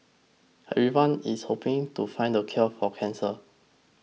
everyone's hoping to find the cure for cancer